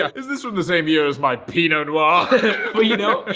is this from the same year as my pinot noir? ah but you know,